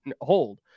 hold